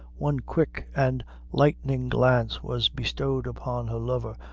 one quick and lightning glance was bestowed upon her lover,